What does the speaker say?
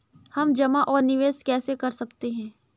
हम जमा और निवेश कैसे कर सकते हैं?